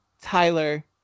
Tyler